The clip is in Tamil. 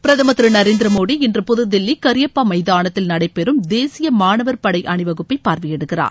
பிரதமர் திரு நரேந்திரமோடி இன்று புதுதில்லி கரியப்பா மைதானத்தில் நடைபெறும் தேசிய மாணவர் படை அணிவகுப்பை பார்வையிடுகிறார்